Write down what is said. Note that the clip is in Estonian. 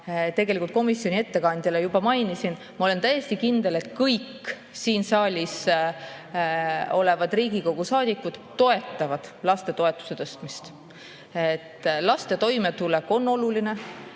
tegelikult komisjoni ettekandjale juba mainisin, olen täiesti kindel, et kõik siin saalis olevad Riigikogu saadikud toetavad lastetoetuste tõstmist. Laste toimetulek on oluline